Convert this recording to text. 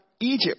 Egypt